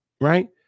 Right